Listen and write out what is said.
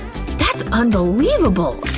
that's unbelievable!